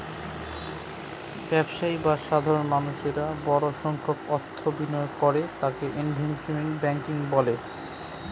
ব্যবসায়ী বা সাধারণ মানুষেরা বড় সংখ্যায় অর্থ বিনিয়োগ করে তাকে ইনভেস্টমেন্ট ব্যাঙ্কিং বলে